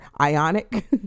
Ionic